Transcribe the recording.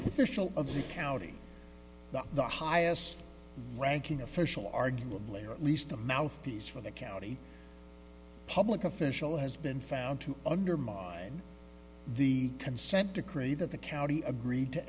the county the highest ranking official arguably or at least a mouthpiece for the county public official has been found to undermine the consent decree that the county agreed to